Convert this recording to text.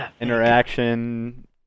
Interaction